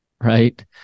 right